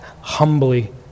humbly